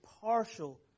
partial